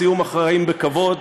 בסיום החיים בכבוד.